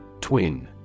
Twin